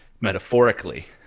metaphorically